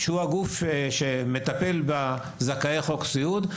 שהוא הגוף שמטפל בזכאי חוק סיעוד,